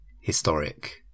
historic